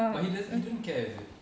but he didn't he didn't care is it